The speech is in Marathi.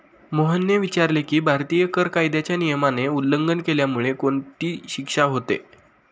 मोहनने विचारले की, भारतीय कर कायद्याच्या नियमाचे उल्लंघन केल्यामुळे कोणती शिक्षा होते?